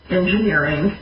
engineering